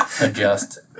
adjust